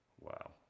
Wow